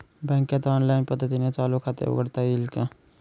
बँकेत ऑनलाईन पद्धतीने चालू खाते उघडता येईल का?